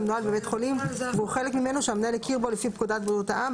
המנוהל בבית חולים והוא חלק ממנו שהמנהל הכיר בו לפי פקודת בריאות העם,